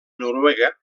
noruega